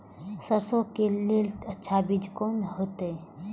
सरसों के लेल अच्छा बीज कोन होते?